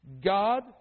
God